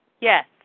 yes